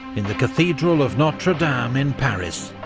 in the cathedral of notre-dame in paris,